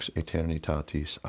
eternitatis